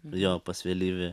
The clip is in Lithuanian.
jo pas vėlyvį